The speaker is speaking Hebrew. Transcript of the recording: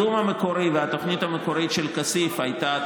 התוכנית המקורית של כסיף הייתה,